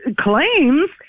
claims